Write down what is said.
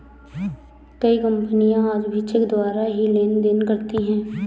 कई कपनियाँ आज भी चेक द्वारा ही लेन देन करती हैं